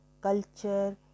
culture